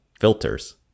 filters